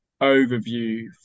overview